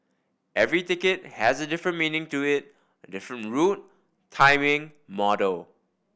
every ticket has a different meaning to it a different route timing model